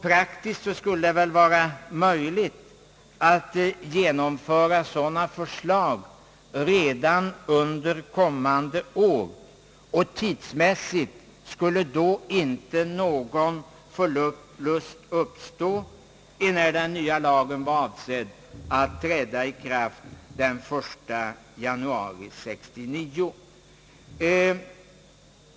Praktiskt skulle det vara möjligt att genomföra sådana förslag redan under kommande år, och tidsmässigt skulle då ingen förlust uppstå, enär den nya lagen var avsedd att träda i kraft den 1 januari 1969.